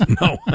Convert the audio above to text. No